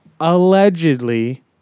allegedly